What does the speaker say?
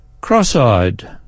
cross-eyed